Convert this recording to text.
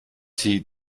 sie